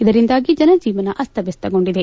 ಇದರಿಂದಾಗಿ ಜನಜೀವನ ಅಸ್ತವ್ಚಸ್ತಗೊಂಡಿದೆ